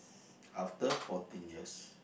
after fourteen years